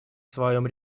своем